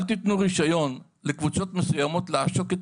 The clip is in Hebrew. אל תתנו רישיון לקבוצות מסוימות לעשוק את